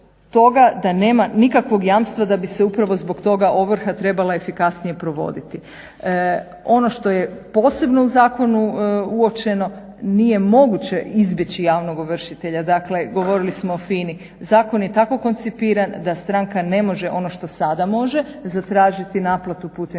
da nema nikakvog jamstva da bi se upravo zbog toga ovrha trebala efikasnije provoditi. Ono što je posebno u zakonu uočeno, nije moguće izbjeći javnog ovršitelja, dakle govorili smo o FINA-i. Zakon je tako koncipiran da stranka ne može ono što sada može, zatražiti naplatu putem